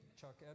Chuck